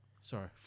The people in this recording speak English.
sorry